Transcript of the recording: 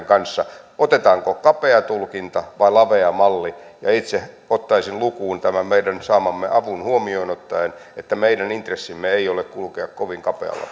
kanssa otetaanko kapea tulkinta vai lavea malli itse ottaisin lukuun tämän meidän saamamme avun huomioon ottaen että meidän intressimme ei ole kulkea kovin kapealla